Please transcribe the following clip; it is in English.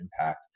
impact